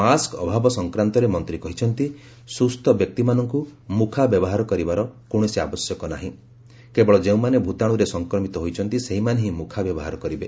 ମୁଖା ଅଭାବ ସଂକ୍ରନ୍ତରେ ମନ୍ତ୍ରୀ କହିଛନ୍ତି ସୁସ୍ଥ ବ୍ୟକ୍ତିମାନଙ୍କୁ ମୁଖା ବ୍ୟବହାର କରିବାର କୌଣସି ଆବଶ୍ୟକ ନାହିଁ କେବଳ ଯେଉଁମାନେ ଭୂତାଣୁରେ ସଂକ୍ରମିତ ହୋଇଛନ୍ତି ସେହିମାନେ ହିଁ ମୁଖା ବ୍ୟବହାର କରିବେ